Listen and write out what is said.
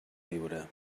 riure